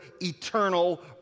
eternal